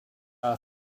are